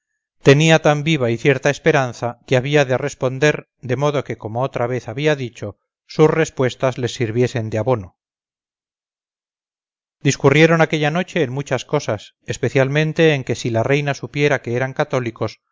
tenía tan viva y cierta esperanza que había de responder de modo que como otra vez había dicho sus respuestas les sirviesen de abono discurrieron aquella noche en muchas cosas especialmente en que si la reina supiera que eran cathólicos